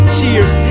Cheers